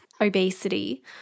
obesity